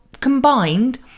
combined